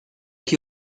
que